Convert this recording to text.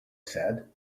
said